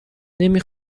نمی